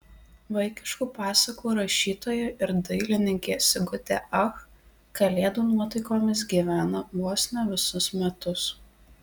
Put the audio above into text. vaikiškų pasakų rašytoja ir dailininkė sigutė ach kalėdų nuotaikomis gyvena vos ne visus metus